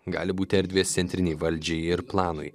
gali būti erdvės centrinei valdžiai ir planui